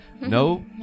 No